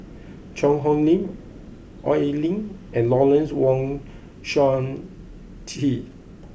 Cheang Hong Lim Oi Lin and Lawrence Wong Shyun Tsai